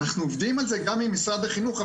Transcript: אנחנו עובדים על זה גם עם משרד החינוך.